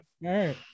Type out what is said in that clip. right